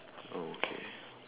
okay